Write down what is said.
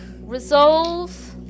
resolve